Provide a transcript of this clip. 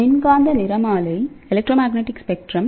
மின்காந்த நிறமாலை DC i